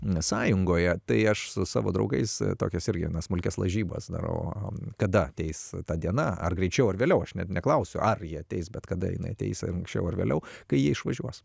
sąjungoje tai aš su savo draugais tokias ir vienas smulkias lažybas darau a kada ateis ta diena ar greičiau ar vėliau aš net neklausiu ar ji ateis bet kada jinai ateis anksčiau ar vėliau kai jie išvažiuos